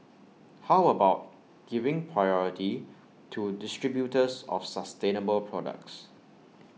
how about giving priority to distributors of sustainable products